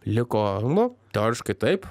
liko nu teoriškai taip